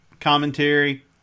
commentary